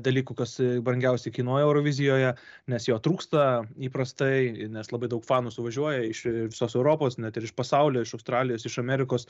dalykų kas brangiausiai kainuoja eurovizijoje nes jo trūksta įprastai nes labai daug fanų suvažiuoja iš visos europos net ir iš pasaulio iš australijos iš amerikos